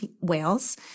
whales